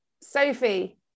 Sophie